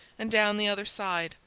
and down the other side,